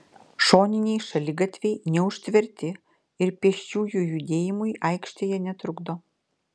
šoniniai šaligatviai neužtverti ir pėsčiųjų judėjimui aikštėje netrukdo